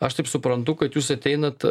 aš taip suprantu kad jūs ateinat